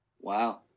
Wow